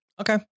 Okay